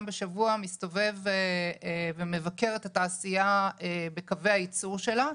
בשבוע ומבקר את התעשייה בקווי הייצור שלה.